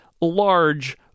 large